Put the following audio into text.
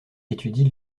étudie